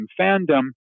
fandom